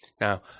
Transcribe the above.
Now